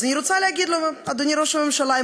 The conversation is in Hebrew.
אז אני רוצה להגיד: אדוני ראש הממשלה,